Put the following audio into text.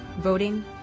voting